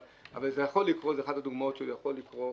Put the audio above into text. אבל זו אחת הדוגמאות שיכולות לקרות.